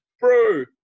Bro